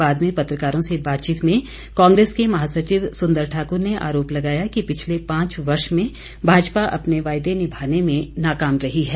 बाद में पत्रकारों से बातचीत में कांग्रेस के महासचिव सुंदर ठाकुर ने आरोप लगाया कि पिछले पांच वर्ष में भाजपा अपने वायदे निभाने में नाकाम रही है